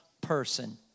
person